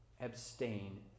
Abstain